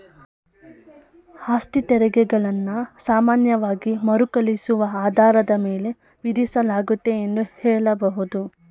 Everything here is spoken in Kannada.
ಆಸ್ತಿತೆರಿಗೆ ಗಳನ್ನ ಸಾಮಾನ್ಯವಾಗಿ ಮರುಕಳಿಸುವ ಆಧಾರದ ಮೇಲೆ ವಿಧಿಸಲಾಗುತ್ತೆ ಎಂದು ಹೇಳಬಹುದು